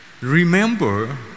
Remember